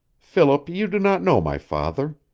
philip, you do not know my father.